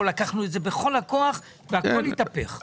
אנחנו פה לקחנו את זה בכל הכוח והכול התהפך.